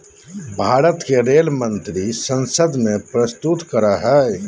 भारत के रेल मंत्री संसद में प्रस्तुत करो हइ